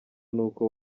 n’uko